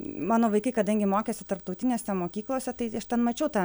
mano vaikai kadangi mokėsi tarptautinėse mokyklose tai aš ten mačiau tą